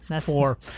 Four